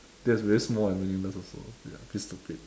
that's really small and meaningless also ya a bit stupid